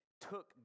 took